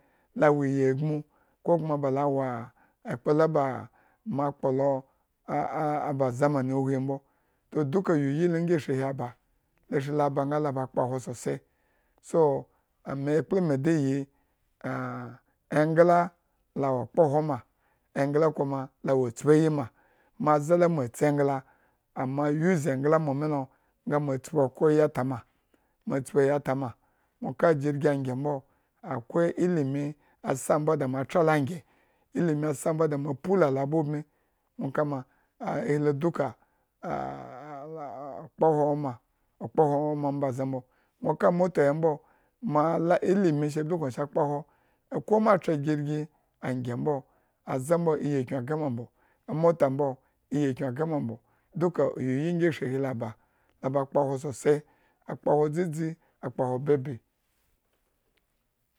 Bala wo igigmu ko kuman bala wa a ekpla la ba makpo lo aa ba zamani huhwi mbo, so, duka uyiyi ngi shri ohi aba. ashri lo ba nga, la ba wo kpohwo sosai so, ame ekpla me de gi engla la wo kpohwo ma. engla kuma lawo tpuayi ma. maze la motsi engla, amo use engla amo use engla momi lo nga mo tpi okhro yi atama, ma tpiyi atama nwo ka jirgi angye mbo, akwai ilimi asa da mo tra lo angye, ilimi sa da mo pula alo abaubmi nwo kama. ahi lo duka okpohwo awo ma, okpohwo awo ma ombaze mbo. nwo ka moto he mbo moala, ilimi sa blukn sa kpohwo. ko ma tra jirgi angye mbo, aze mbo iyikyun agrema mbo amota mboo iyikyun. agrema mbo. duka uyiyi ngi ashrihi lo aba. laba kpohwo sosai, okpohwo dzadzi akpohwo babi.